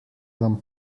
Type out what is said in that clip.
vam